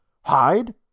Hide